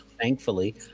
thankfully—